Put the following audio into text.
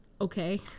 okay